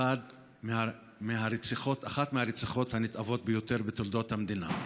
אחת מהרציחות הנתעבות ביותר בתולדות המדינה.